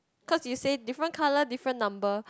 cause you say different colour different number